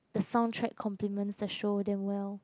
the sound track complements that show them well